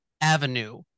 avenue